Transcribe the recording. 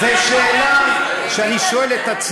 כמה אפשר להיות, זו שאלה שאני שואל את עצמי.